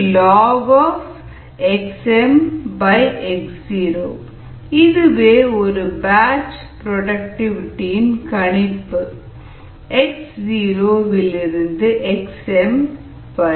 RbatchSi Yxs1mlnxmx0 இதுவே ஒரு batch productivity இன் கணிப்பு எக்ஸ் 0 விலிருந்து எக்ஸ் எம் வரை